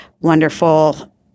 wonderful